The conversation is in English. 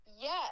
Yes